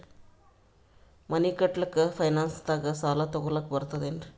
ಮನಿ ಕಟ್ಲಕ್ಕ ಫೈನಾನ್ಸ್ ದಾಗ ಸಾಲ ತೊಗೊಲಕ ಬರ್ತದೇನ್ರಿ?